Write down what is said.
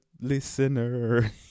listener